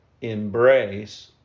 embrace